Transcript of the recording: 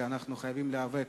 שאנחנו חייבים להיאבק